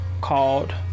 called